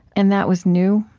and that was new?